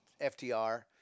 FTR